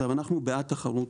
אנחנו בעד תחרות,